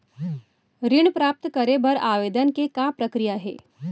ऋण प्राप्त करे बर आवेदन के का प्रक्रिया हे?